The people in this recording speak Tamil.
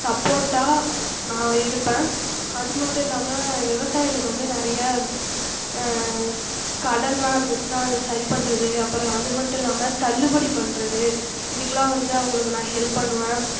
சப்போர்ட்டாக நான் இருப்பேன் அது மட்டும் இல்லாமல் விவசாயிகளுக்கு வந்து நிறைய கடன்லாம் இருந்துச்சுன்னா அதை சரி பண்ணுறது அப்புறம் அது மட்டும் இல்லாமல் தள்ளுபடி பண்ணுறது இதுக்கெலாம் வந்து அவர்களுக்கு நான் ஹெல்ப் பண்ணுவேன்